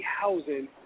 housing